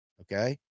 okay